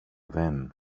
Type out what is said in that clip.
vän